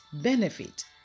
benefit